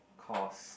cause